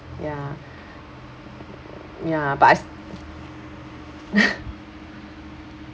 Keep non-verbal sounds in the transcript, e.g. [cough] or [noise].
ya mm ya but I st~ [laughs]